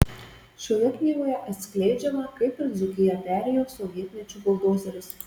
šioje knygoje atskleidžiama kaip per dzūkiją perėjo sovietmečio buldozeris